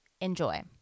Enjoy